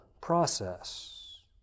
process